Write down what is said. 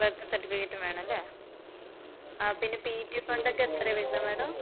birth സർട്ടിഫിക്കറ്റും വേണല്ലേ ആ പിന്നെ പി ടി ഫണ്ടൊക്കെ എത്രയാണ് വരുന്നത് മാഡം